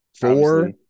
four